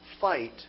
fight